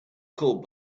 called